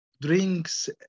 drinks